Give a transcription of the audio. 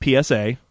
PSA